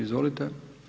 Izvolite.